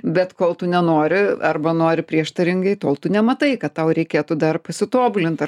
bet kol tu nenori arba nori prieštaringai tol tu nematai kad tau reikėtų dar pasitobulint ar